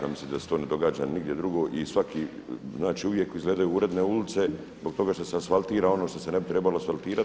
Ja mislim da se to ne događa nigdje drugo i svaki, znači uvijek izgledaju uredne ulice zbog toga što se asfaltira ono što se ne bi trebalo asfaltirati.